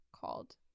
called